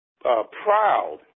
proud